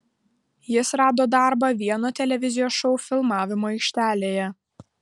jis rado darbą vieno televizijos šou filmavimo aikštelėje